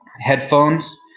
headphones